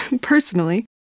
personally